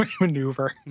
Maneuver